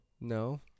No